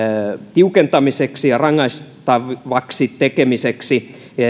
tiukentamiseksi ja rangaistavaksi tekemiseksi